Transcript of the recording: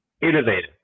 innovative